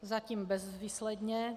Zatím bezvýsledně.